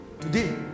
Today